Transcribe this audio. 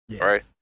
right